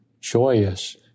joyous